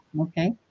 okay